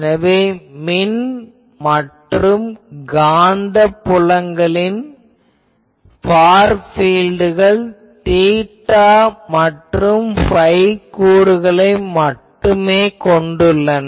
எனவே மின் மற்றும் காந்த புலங்களின் ஃபார் பீல்டுகள் தீட்டா மற்றும் phi கூறுகளை மட்டுமே கொண்டுள்ளன